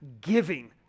giving